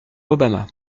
obama